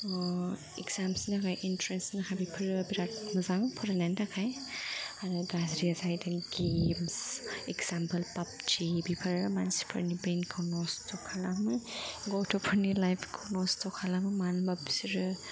एकजाम्सनि थाखाय एन्ट्रेन्सनि बेफोरो जोबोद मोजां फरायनायनि थाखाय आरो गाज्रिआ जाहैदों गेम्स एक्जामपल पाब्जि बेफोरो मानसिफोरनि ब्रेइनफोरखौ नस्थ' खालामो गथ'फोरनि लाइफखौ नस्थ' खालामो मानोबा बिसोरो